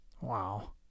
Wow